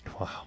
Wow